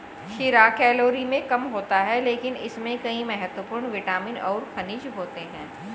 खीरा कैलोरी में कम होता है लेकिन इसमें कई महत्वपूर्ण विटामिन और खनिज होते हैं